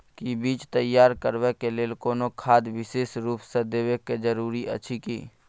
कि बीज तैयार करबाक लेल कोनो खाद विशेष रूप स देबै के जरूरी अछि की?